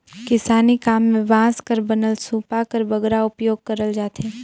किसानी काम मे बांस कर बनल सूपा कर बगरा उपियोग करल जाथे